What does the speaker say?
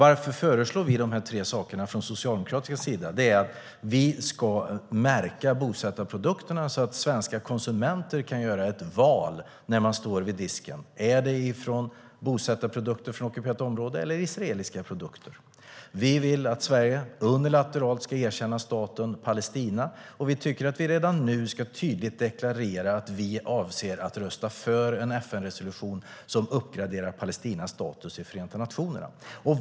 Från socialdemokratisk sida föreslår vi tre saker, nämligen: Vi ska märka bosättarprodukterna så att svenska konsumenter kan göra ett val när de står vid disken; de ska veta om det är bosättarprodukter från ockuperat område eller israeliska produkter, vi vill att Sverige unilateralt erkänner staten Palestina, och vi tycker att vi redan nu tydligt ska deklarera att vi avser att rösta för en FN-resolution som uppgraderar Palestinas status i Förenta nationerna.